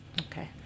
okay